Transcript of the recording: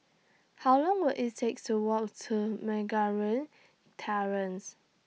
How Long Will IT Take to Walk to Terrace